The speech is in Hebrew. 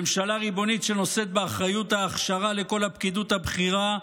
ממשלה ריבונית שנושאת באחריות ההכשרה לכל הפקידות הבכירה,